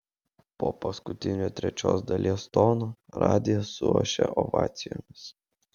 po paskutinio trečios dalies tono radijas suošia ovacijomis